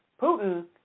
Putin